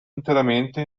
interamente